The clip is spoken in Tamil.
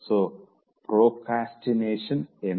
சோ ப்ரோக்ரஸ்டினேஷன என்ன